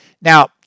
Now